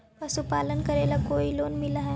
पशुपालन करेला कोई लोन मिल हइ?